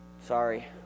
Sorry